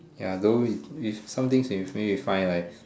ya though is something is safe is fine right